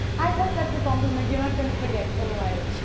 i hope that's a compliment you're not going to forget for a while.